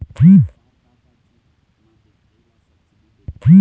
सरकार का का चीज म दिखाही ला सब्सिडी देथे?